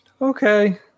Okay